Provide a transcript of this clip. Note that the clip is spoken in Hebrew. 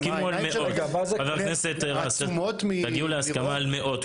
חברי הכנסת, תגיעו להסכמה על מאות.